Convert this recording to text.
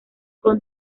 con